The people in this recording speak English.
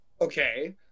okay